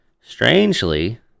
Strangely